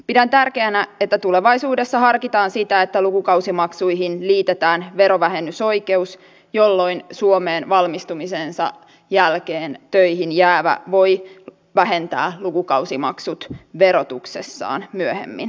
pidän tärkeänä että tulevaisuudessa harkitaan sitä että lukukausimaksuihin liitetään verovähennysoikeus jolloin suomeen valmistumisensa jälkeen töihin jäävä voi vähentää lukukausimaksut verotuksessaan myöhemmin